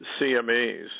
CMEs